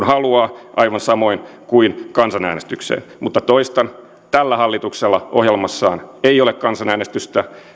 haluaa aivan samoin kuin kansanäänestykseen mutta toistan tällä hallituksella ohjelmassaan ei ole kansanäänestystä